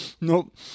Nope